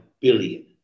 billion